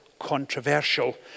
controversial